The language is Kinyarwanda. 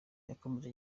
yakomeje